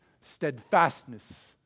steadfastness